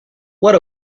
what